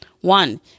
One